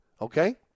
okay